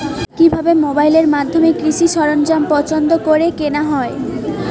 কিভাবে মোবাইলের মাধ্যমে কৃষি সরঞ্জাম পছন্দ করে কেনা হয়?